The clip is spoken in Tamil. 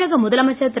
தமிழக முதலமைச்சர் திரு